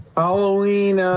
halloween, ah